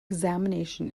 examination